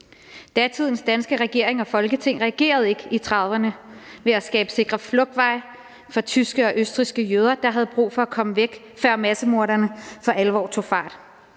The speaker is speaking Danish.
Datidens danske regering og Folketing reagerede ikke i 1930'erne ved at skabe sikre flugtveje for tyske og østrigske jøder, der havde brug for at komme væk, før massemorderne for alvor tog fat;